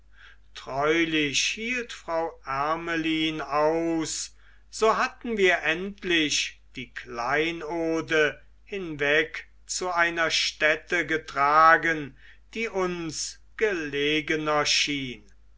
treulich hielt frau ermelyn aus so hatten wir endlich die kleinode hinweg zu einer stätte getragen die uns gelegener schien